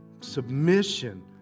submission